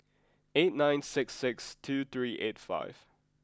eight nine six six two three eight five